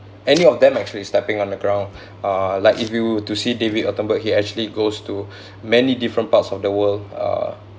any of them actually stepping on the ground uh like if you were to see david attenborough he actually goes to many different parts of the world uh